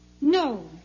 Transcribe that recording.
No